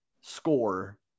score